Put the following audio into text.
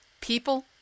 People